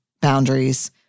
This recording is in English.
boundaries